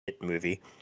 movie